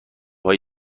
های